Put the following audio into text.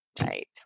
Right